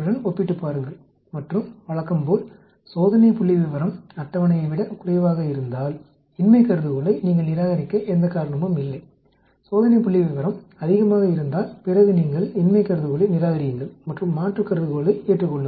உடன் ஒப்பிட்டுப் பாருங்கள் மற்றும் வழக்கம் போல் சோதனை புள்ளிவிவரம் அட்டவணையை விட குறைவாக இருந்தால் இன்மை கருதுகோளை நீங்கள் நிராகரிக்க எந்த காரணமும் இல்லை சோதனை புள்ளிவிவரம் அதிகமாக இருந்தால் பிறகு நீங்கள் இன்மை கருதுகோளை நிராகரியுங்கள் மற்றும் மாற்று கருதுகோளை ஏற்றுக்கொள்ளுங்கள்